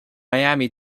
miami